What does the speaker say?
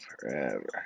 forever